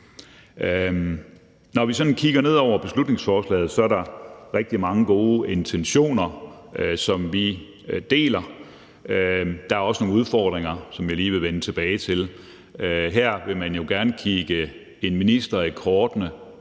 Når vi sådan kigger ned over beslutningsforslaget, er der rigtig mange gode intentioner, som vi deler. Der er også nogle udfordringer, som jeg lige vil vende tilbage til. Her vil man jo gerne kigge en minister i kortene